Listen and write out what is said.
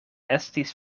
estis